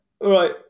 right